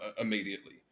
immediately